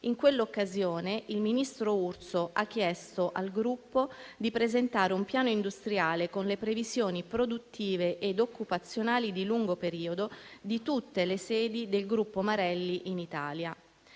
in quell'occasione il ministro Urso ha chiesto al gruppo di presentare un piano industriale con le previsioni produttive ed occupazionali di lungo periodo di tutte le sedi del gruppo Marelli in Italia.